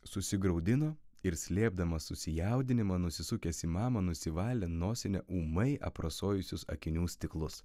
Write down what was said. susigraudino ir slėpdamas susijaudinimą nusisukęs į mamą nusivalė nosine ūmai aprasojusius akinių stiklus